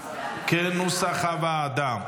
כנוסח הוועדה.